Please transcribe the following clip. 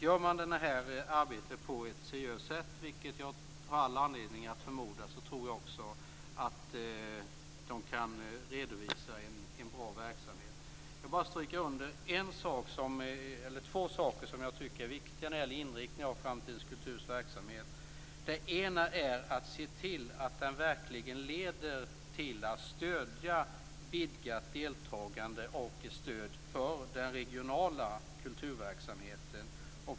Gör man detta arbete på ett seriöst sätt, vilket jag har all anledning att förmoda, tror jag också att de kan redovisa en bra verksamhet. Jag vill bara stryka under två saker som jag tycker är viktiga när det gäller inriktningen av Framtidens kulturs verksamhet. Det ena är att se till att den verkligen leder till att stödja vidgat deltagande för den regionala kulturverksamheten.